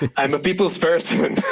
i'm a people's person.